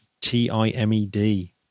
T-I-M-E-D